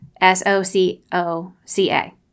S-O-C-O-C-A